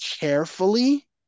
carefully